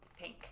Pink